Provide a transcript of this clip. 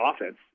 offense